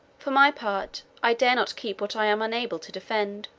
for my part, i dare not keep what i am unable to defend.